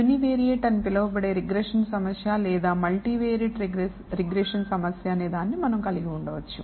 Univariate అని పిలువబడే regression సమస్య లేదా మల్టీవిరియట్ రిగ్రెషన్ సమస్య అనే దాన్ని మనం కలిగి ఉండవచ్చు